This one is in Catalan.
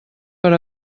per